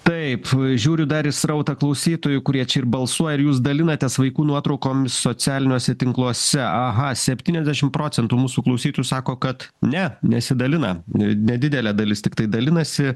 taip žiūriu dar į srautą klausytojų kurie čia ir balsuoja ar jūs dalinatės vaikų nuotraukomis socialiniuose tinkluose aha septyniasdešimt procentų mūsų klausytų sako kad ne nesidalina nedidelė dalis tiktai dalinasi